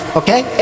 okay